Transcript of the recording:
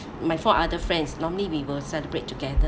my four other friends normally we will celebrate together